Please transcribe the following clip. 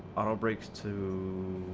ah breaks to